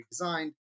redesigned